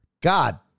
god